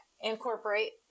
incorporate